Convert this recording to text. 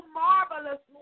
marvelous